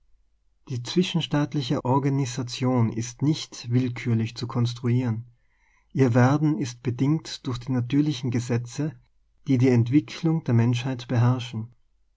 die zwischenstaatliche organisation ist nicht will kürlich zu konstruieren ihr werden ist bedingt durch die natürlichen gesetze die die entwicklung der menschheit beherrschen